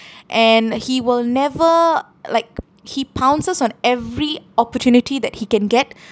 and he will never like he pounces on every opportunity that he can get